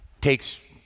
takes